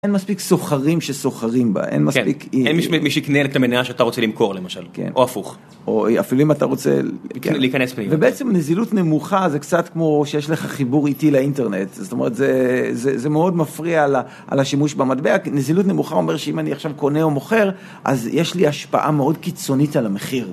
אין מספיק סוחרים שסוחרים בה, אין מספיק אין. אין מי שקנה את המניה שאתה רוצה למכור למשל, או הפוך. או אפילו אם אתה רוצה להיכנס. ובעצם נזילות נמוכה זה קצת כמו שיש לך חיבור איטי לאינטרנט, זאת אומרת זה מאוד מפריע על השימוש במטבע, כי נזילות נמוכה אומר שאם אני עכשיו קונה או מוכר, אז יש לי השפעה מאוד קיצונית על המחיר.